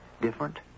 different